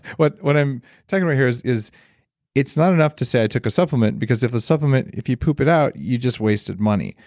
what what i'm talking about here is is it's not enough to say i took a supplement because if a supplement, if you poop it out, you just wasted money.